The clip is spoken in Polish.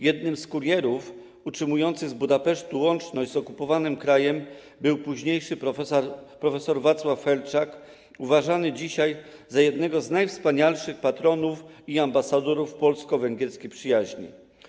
Jednym z kurierów utrzymujących z Budapesztu łączność z okupowanym krajem był późniejszy profesor Wacław Felczak, uważany dzisiaj za jednego z najwspanialszych patronów i ambasadorów polsko-węgierskiej przyjaźni.